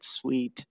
sweet